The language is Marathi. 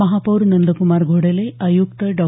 महापौर नंदक्मार घोडले आय्क्त डॉ